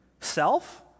self